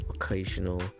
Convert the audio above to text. occasional